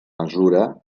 mesura